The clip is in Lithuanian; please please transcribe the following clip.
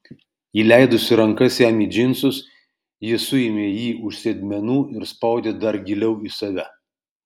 įleidusi rankas jam į džinsus ji suėmė jį už sėdmenų ir spaudė dar giliau į save